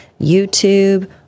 YouTube